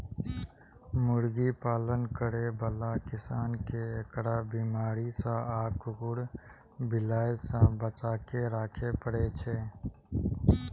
मुर्गी पालन करै बला किसान कें एकरा बीमारी सं आ कुकुर, बिलाय सं बचाके राखै पड़ै छै